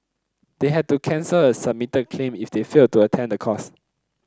they had to cancel a submitted claim if they failed to attend the course